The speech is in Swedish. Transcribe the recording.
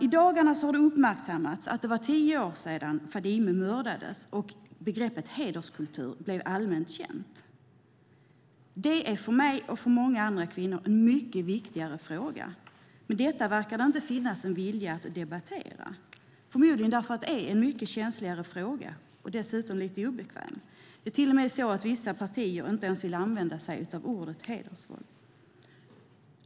I dagarna har det uppmärksammats att det var tio år sedan Fadime mördades och begreppet "hederskultur" blev allmänt känt. Det är för mig och många andra kvinnor en mycket viktigare fråga. Men detta verkar det inte finnas någon vilja att debattera, förmodligen därför att det är en mycket känsligare fråga och dessutom lite obekväm. Det är till och med så att vissa partier inte ens vill använda sig av ordet "hedersvåld".